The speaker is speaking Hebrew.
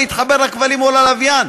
להתחבר לכבלים או ללוויין.